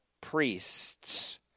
priests